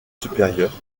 supérieurs